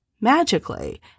magically